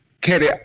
Katie